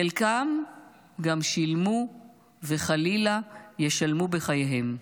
חלקם גם שילמו וחלילה ישלמו בחייהם.